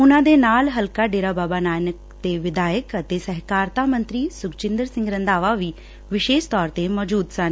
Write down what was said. ਉਨਾਂ ਦੇ ਨਾਲ ਹਲਕਾ ਡੇਰਾ ਬਾਬਾ ਨਾਨਕ ਦੇ ਵਿਧਾਇਕ ਅਤੇ ਸਹਿਕਾਰਤਾ ਮੰਤਰੀ ਪੰਜਾਬ ਸ ਸੁਖਜਿੰਦਰ ਸਿੰਘ ਰੰਧਾਵਾ ਵੀ ਵਿਸ਼ੇਸ਼ ਤੌਰ ਤੇ ਮੌਜੁਦ ਸਨ